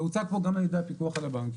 זה הוצג פה גם על ידי הפיקוח על הבנקים.